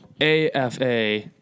AFA